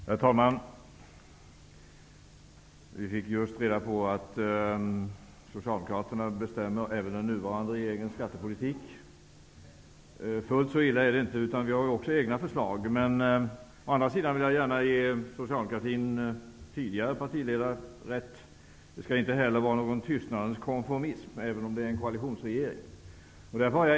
Herr talman! Vi fick just reda på att Socialdemokraterna bestämmer även över den nuvarande regeringens skattepolitik. Fullt så illa är det inte. Vi har också egna förslag. Å andra sidan vill jag gärna ge tidigare partiledare i Socialdemokraterna rätt. Det skall inte heller vara någon tystnadens kompromiss, även om det här är en koalitionsregering.